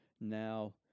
Now